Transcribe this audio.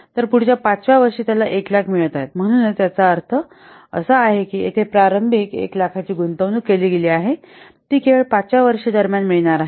तर पुढच्या 5 व्या वर्षी त्याला 100000 मिळत आहेत म्हणून याचा अर्थ असा की येथे प्रारंभिक 100000 ची गुंतवणूक केली गेली ती केवळ पाचव्या वर्षा दरम्यान मिळणार आहे